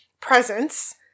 presence